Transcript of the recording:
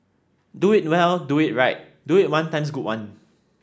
do it well do it right do it one times good one